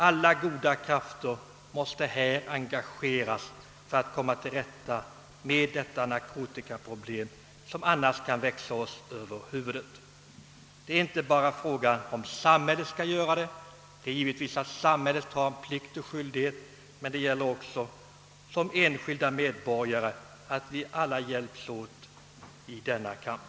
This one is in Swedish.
Alla goda krafter måste hjälpa till för att få bukt med narkotikaproblemet, som annars kan växa oss över huvudet. Givetvis har samhället skyldighet att här ingripa, men även alla enskilda medborgare måste hjälpas åt i denna kamp.